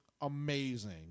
amazing